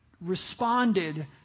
responded